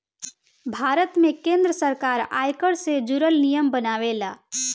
भारत में केंद्र सरकार आयकर से जुरल नियम बनावेला